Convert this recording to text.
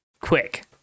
quick